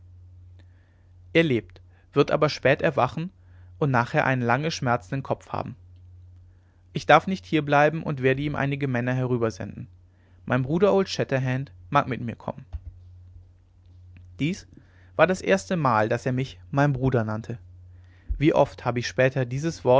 er lebt wird aber spät erwachen und nachher einen lange schmerzenden kopf haben ich darf nicht hier bleiben und werde ihm einige männer herübersenden mein bruder old shatterhand mag mit mir kommen dies war das erste mal daß er mich mein bruder nannte wie oft habe ich später